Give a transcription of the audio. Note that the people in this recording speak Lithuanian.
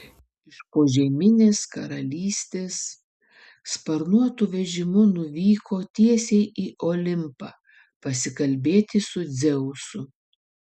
iš požeminės karalystės sparnuotu vežimu nuvyko tiesiai į olimpą pasikalbėti su dzeusu